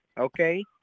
Okay